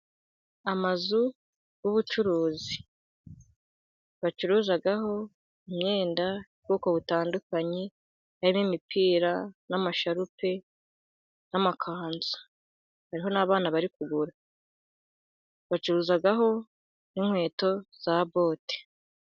Amazu y'ubucuruzi bacuruzaho imyenda y'ubwoko butandukanye, hari n' imipira, n'amasharupe, n'amakanzu. hariho n'abana bari kugura. Bacuruzaho n'inkweto za bote.